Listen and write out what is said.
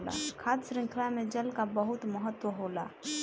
खाद्य शृंखला में जल कअ बहुत महत्व होला